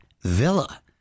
Villa